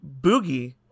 Boogie